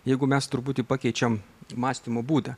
jeigu mes truputį pakeičiam mąstymo būdą